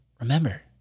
remember